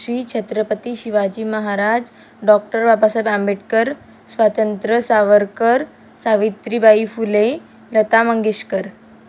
Shri Chhatrapati Shivaji Maharaj doctor Babasaheb Ambedkar Swatantra Savarkar Savitribai Phule Lata Mangeshkar